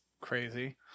crazy